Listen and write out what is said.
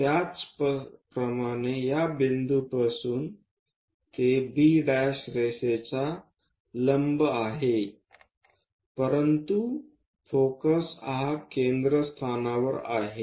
त्याचप्रमाणे या बिंदूपासून ते B रेषेचा लंब आहे परंतु फोकस हा केंद्रस्थानावर आहे